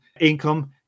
income